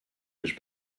mich